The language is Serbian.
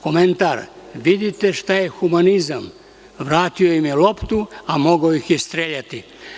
Komentar – vidite šta je humanizam, vratio im je loptu, a mogao ih je streljati.